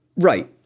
Right